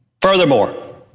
Furthermore